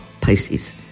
Pisces